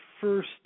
first